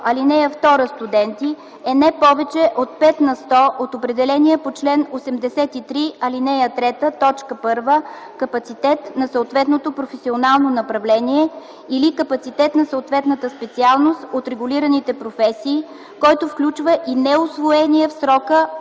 ал. 2 студенти е не повече от 5 на сто от определения по чл. 83, ал. 3, т. 1 капацитет на съответното професионално направление или капацитет на съответната специалност от регулираните професии, който включва и неусвоения в срока